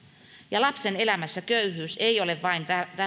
ja lapsen elämässä köyhyys ei ole vain